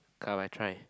come I try